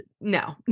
no